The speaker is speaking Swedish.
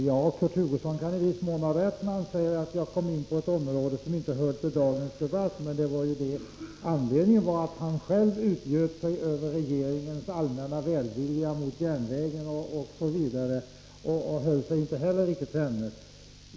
Fru talman! Kurt Hugosson kan i viss mån ha rätt när han säger att jag kom in på ett område som inte hör till dagens debatt. Anledningen var att Kurt Hugosson utgöt sig över regeringens allmänna välvilja och själv inte höll sig till ämnet.